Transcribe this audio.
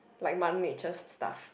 like mother nature stuff